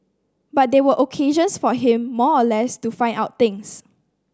but they were occasions for him more or less to find out things